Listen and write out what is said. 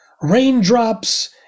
raindrops